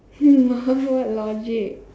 what logic